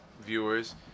viewers